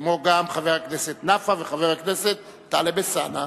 כמו גם חבר הכנסת נפאע וחבר הכנסת טלב אלסאנע.